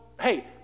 Hey